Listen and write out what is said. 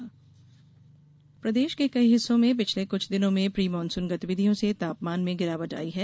मौसम प्रदेश के कई हिस्सो में पिछले कुछ दिनों में प्री मॉनसून गतिविधियों से तापमान में गिरावट आई है